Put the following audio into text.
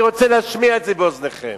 אני רוצה להשמיע את זה באוזניכם.